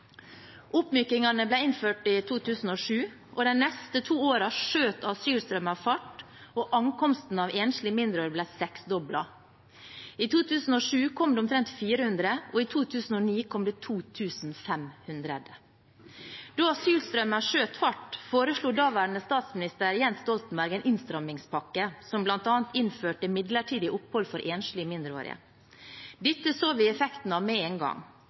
ble innført i 2007, og de neste to årene skjøt asylstrømmen fart. Ankomsten av enslige mindreårige ble seksdoblet. I 2007 kom det omtrent 400, og i 2009 kom det 2 500. Da asylstrømmen skjøt fart, foreslo daværende statsminister Jens Stoltenberg en innstrammingspakke som bl.a. innførte midlertidig opphold for enslige mindreårige. Dette så vi effekten av med en gang: